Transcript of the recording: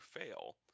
fail